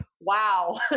wow